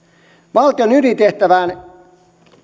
valtion ydintehtävään